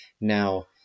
Now